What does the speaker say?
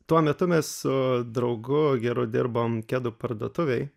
tuo metu mes su draugu geru dirbom kedų parduotuvėj